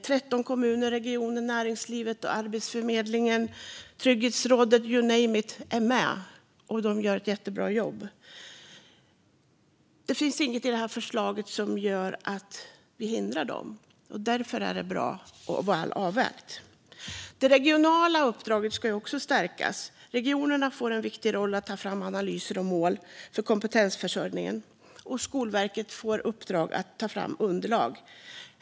13 kommuner, regionen, näringslivet, Arbetsförmedlingen, Trygghetsrådet - you name it - är med. De gör ett jättebra jobb. Det finns inget i förslaget som hindrar dem. Därför är det bra och väl avvägt. Det regionala uppdraget ska också stärkas. Regionerna får en viktig roll i att ta fram analyser och mål för kompetensförsörjningen. Skolverket får i uppdrag att ta fram underlag.